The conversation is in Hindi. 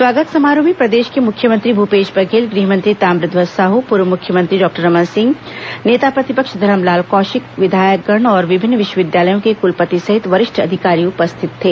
स्वागत समारोह में प्रदेश के मुख्यमंत्री भूपेश बघेल गृह मंत्री ताम्रध्वज साहू पूर्व मुख्यमंत्री डॉक्टर रमन सिंह नेता प्रतिपक्ष धरमलाल कौशिक विधायक गण और विभिन्न विश्वविविद्यालयों के कुलपति सहित वरिष्ठ अधिकारी उपस्थित थे